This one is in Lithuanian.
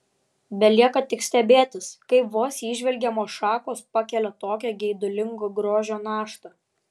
belieka tik stebėtis kaip vos įžvelgiamos šakos pakelia tokią geidulingo grožio naštą